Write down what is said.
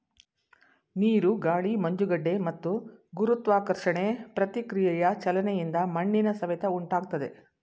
ನೀರು ಗಾಳಿ ಮಂಜುಗಡ್ಡೆ ಮತ್ತು ಗುರುತ್ವಾಕರ್ಷಣೆ ಪ್ರತಿಕ್ರಿಯೆಯ ಚಲನೆಯಿಂದ ಮಣ್ಣಿನ ಸವೆತ ಉಂಟಾಗ್ತದೆ